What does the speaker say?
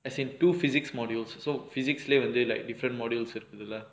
as in two physics modules so physics leh வந்து:vanthu different modules இருக்குதுல:irukkuthula